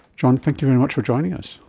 john, thank you very much for joining us.